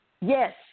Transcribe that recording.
yes